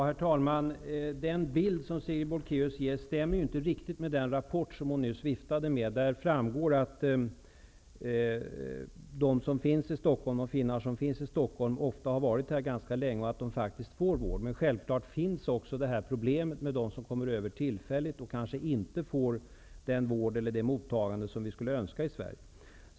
Herr talman! Den bild som Sigrid Bolkéus ger stämmer inte riktigt med den rapport som hon nyss viftade med. Där framgår det att de finnar som finns i Stockholm ofta har varit här ganska länge och att de faktiskt får vård. Det finns självfallet också problem med dem som kommer hit tillfälligt och kanske inte får vård eller det mottagande i Sverige som skulle vara önskvärt.